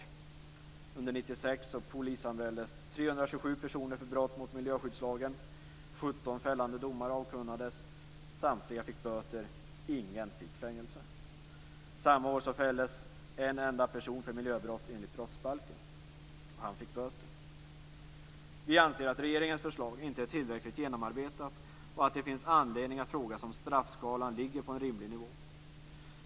Under 1996 polisanmäldes 327 personer för brott mot miljöskyddslagen. 17 fällande domar avkunnades. Samtliga fick böter, ingen fick fängelse. Samma år fälldes en enda person för miljöbrott enligt brottsbalken. Han fick böter. Vi kristdemokrater anser att regeringens förslag inte är tillräckligt genomarbetat och att det finns anledning att fråga sig om straffskalan ligger på en rimlig nivå.